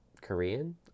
korean